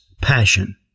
passion